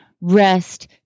rest